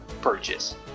purchase